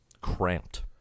cramped